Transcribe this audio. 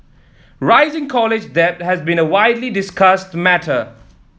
rising college debt has been a widely discussed matter